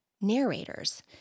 narrators